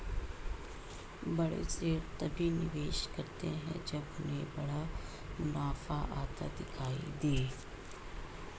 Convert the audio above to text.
बड़े सेठ तभी निवेश करते हैं जब उन्हें बड़ा मुनाफा आता दिखाई दे